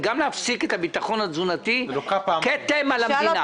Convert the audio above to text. וגם להפסיק את הביטחון התזונתי כתם על המדינה.